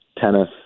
tennis